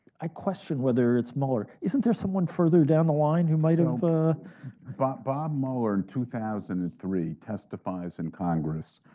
i question whether it's mueller. isn't there someone further down the line who might have? ah but bob mueller in two thousand and three testifies in congress,